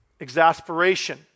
exasperation